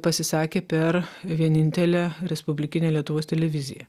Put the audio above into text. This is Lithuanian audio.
pasisakė per vienintelę respublikinę lietuvos televiziją